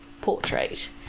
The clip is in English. portrait